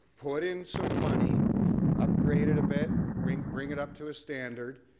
put in some money upgrade it a bit, bring bring it up to a standard.